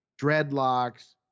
dreadlocks